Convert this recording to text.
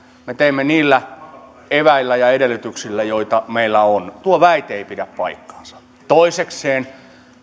me teemme niillä eväillä ja edellytyksillä joita meillä on tuo väite ei pidä paikkaansa toisekseen